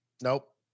Nope